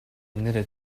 knitted